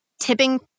tipping